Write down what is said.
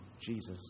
Jesus